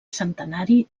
centenari